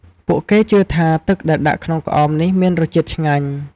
ពួកគេជឿថាទឹកដែលដាក់ក្នុងក្អមនេះមានរសជាតិឆ្ងាញ់។